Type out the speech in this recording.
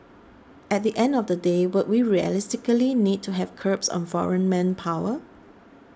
at the end of the day would we realistically need to have curbs on foreign manpower